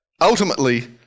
ultimately